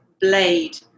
blade